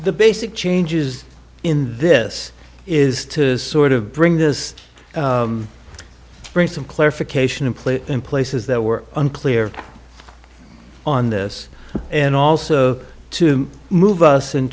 the basic changes in this is to sort of bring this bring some clarification in place in places that were unclear on this and also to move us in